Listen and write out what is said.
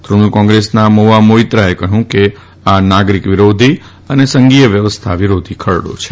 તૃણમુલ કોંગ્રેસના મહુઆ માઇત્રાએ કહ્યું કે આ નાગરિક વિરાધી અને સંઘીય વ્યવસ્થા વિરાધી ખરડ છે